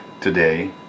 today